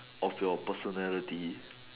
of your personality